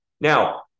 Now